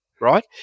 right